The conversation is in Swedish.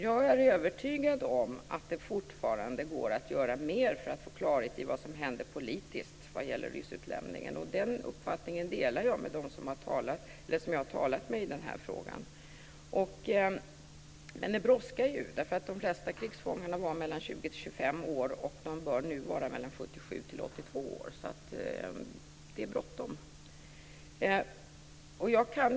Jag är övertygad om att det fortfarande går att göra mer för att få klarhet i vad som hände politiskt när det gäller ryssutlämningen, och den uppfattningen delar jag med dem som jag har talat med i den här frågan. Men det brådskar. De flesta krigsfångar var då mellan 20 och 25 år, och de bör nu vara mellan 77 och 82 år. Det är alltså bråttom.